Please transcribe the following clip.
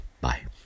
Bye